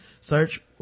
search